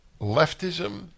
Leftism